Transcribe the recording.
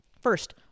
First